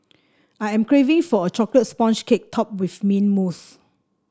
I am craving for a chocolate sponge cake topped with mint mousse